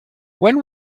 when